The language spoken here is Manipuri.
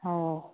ꯑꯣ